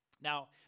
Now